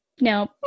no